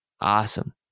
Awesome